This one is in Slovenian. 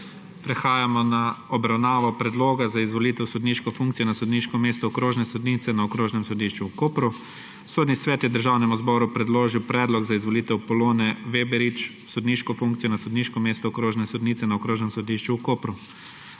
Prehajamo na Predloga za izvolitev v sodniško funkcijo na sodniško mesto okrožne sodnice na Okrožnem sodišču v Kopru. Sodni svet je Državnemu zboru predložil predlog za izvolitev Polone Veberič v sodniško funkcijo na sodniško mesto okrožne sodnice na Okrožnem sodišču v Kopru.